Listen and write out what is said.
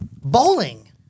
Bowling